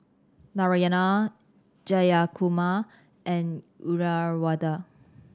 Narayana Jayakumar and Uyyalawada